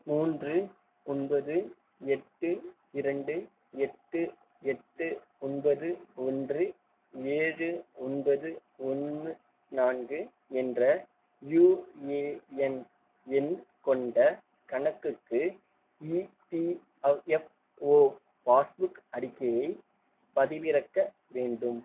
மூன்று ஒன்பது எட்டு இரண்டு எட்டு எட்டு ஒன்பது ஒன்று ஏழு ஒன்பது ஒன்று நான்கு என்ற யுஏஎன் எண் கொண்ட கணக்குக்கு இபி எஃப்ஓ பாஸ்புக் அறிக்கையை பதிவிறக்க வேண்டும்